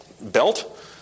belt